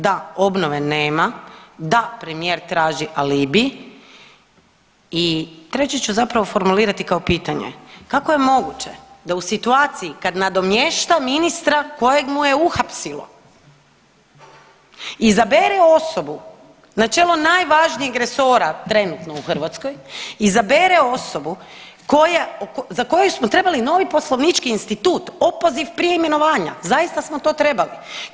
Da, obnove nema, da premijer traži alibi i treće ću zapravo formulirati kao pitanje, kako je moguće da u situaciji kad nadomješta ministra kojeg mu je uhapsilo izabere osobu na čelo najvažnijeg resora trenutno u Hrvatskoj, izabere osobu za koju smo trebali novi poslovnički institut, opoziv prije imenovanja, zaista smo to trebali.